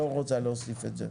את לא רוצה להוסיף את זה.